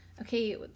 okay